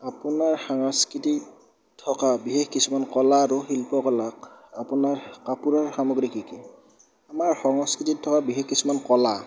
আপোনাৰ সাংস্কৃতিত থকা বিশেষ কিছুমান কলা আৰু শিল্প কলাক আপোনাৰ কাপোৰৰ সামগ্ৰী কি কি আমাৰ সংস্কৃতিত থকা বিশেষ কিছুমান কলা